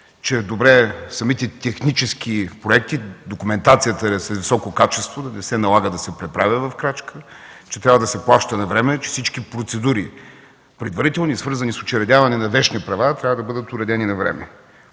е добре самите технически проекти, документацията да е с високо качество, за да не се налага да се преправя в крачка; че трябва да се плаща навреме; че всички процедури – предварителни и свързани с учредяване на вещни права, трябва да бъдат уредени навреме.